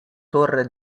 torre